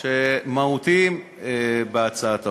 מהותיים בהצעת החוק.